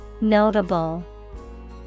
Notable